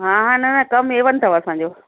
हा हा न न कमु ए वन अथव असांजो